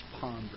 Ponder